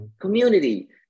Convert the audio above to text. Community